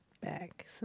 back